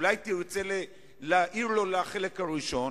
אולי תרצה להעיר לו לחלק הראשון,